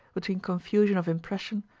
between confusion of impression,